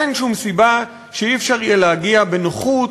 אין שום סיבה שאי-אפשר יהיה להגיע בנוחות,